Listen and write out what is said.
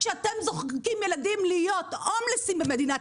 כשאתם זורקים ילדים להיות הומלסים במדינת